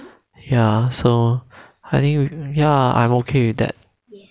ya so I think ya I'm okay with that